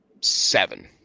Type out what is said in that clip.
seven